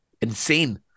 insane